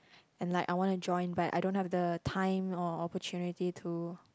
and like I wanna join but I don't have the time or opportunity to